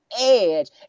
edge